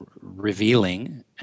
revealing